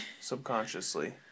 Subconsciously